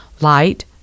Light